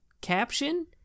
caption